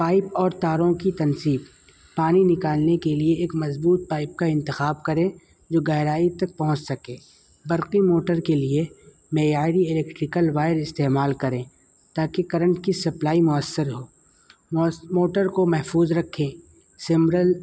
pipe اور تاروں کی تنصیب پانی نکالنے کے لیے ایک مضبوط پائپ کا انتخاب کریں جو گہرائی تک پہنچ سکے برقی موٹر کے لیے معیاری الیکٹریکل وایر استعمال کریں تاکہ کرنٹ کی سپلائی مؤثر ہو موٹر کو محفوظ رکھے سمرل